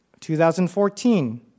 2014